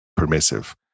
Permissive